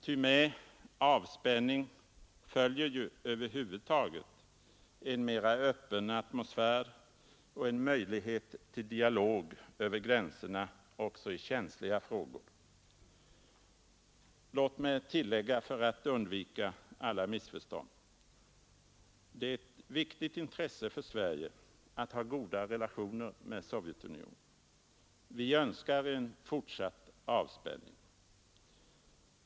Ty med avspänningen följer ju över huvud taget en mera öppen atmosfär och en möjlighet till dialog över gränserna också i känsliga frågor. Låt mig tillägga för att undvika alla missförstånd: Det är ett viktigt intresse för Sverige att ha goda relationer till Sovjetunionen. Vi önskar en fortsatt avspänning.